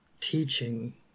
teaching